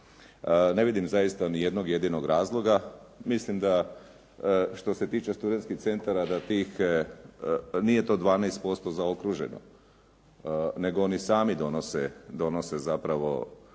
Ne vidim zaista ni jednog jedinog razloga. Mislim da što se tiče studentskih centara da nije to 12% zaokruženo, nego oni sami donose odluku